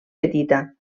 petita